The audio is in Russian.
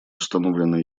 установленные